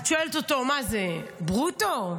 את שואלת אותו: מה זה, ברוטו,